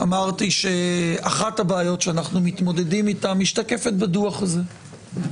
אמרתי שאחת הבעיות שאנחנו מתמודדים איתן משתקפת בדוח הזה.